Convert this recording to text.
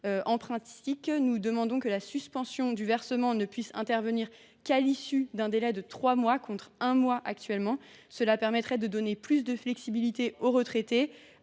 En pratique, nous demandons que la suspension du versement ne puisse intervenir qu’à l’issue d’un délai de trois mois, contre un mois actuellement,… Ce n’est pas vrai !… afin de donner plus de flexibilité aux retraités